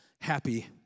happy